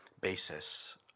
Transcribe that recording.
basis